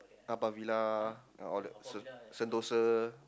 Haw-Par-Villa all that sen~ Sentosa